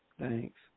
Thanks